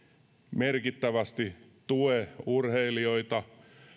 merkittävästi tue urheilijoita